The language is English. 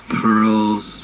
pearls